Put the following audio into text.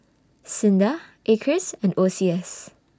SINDA Acres and O C S